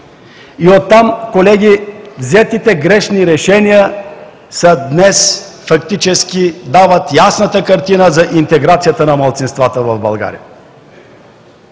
И оттам, колеги, взетите грешни решения днес фактически дават ясната картина за интеграцията на малцинствата в България.